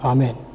Amen